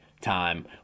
time